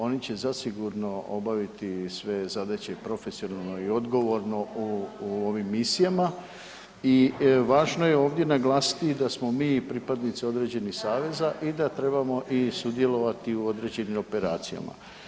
Oni će zasigurno obaviti sve zadaće profesionalno i odgovorno u, u ovim misijama i važno je ovdje naglasiti da smo mi pripadnici određenih saveza i da trebamo i sudjelovati u određenim operacijama.